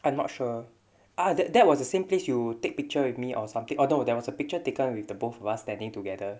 I am not sure ah that that was the same place you take picture with me or something oh no there was a picture taken with the both of us standing together